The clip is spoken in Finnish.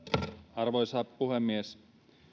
arvoisa puhemies